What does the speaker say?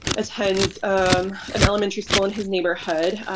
attends an elementary school in his neighborhood.